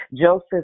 Joseph